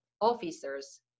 officer's